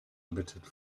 appetit